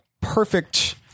perfect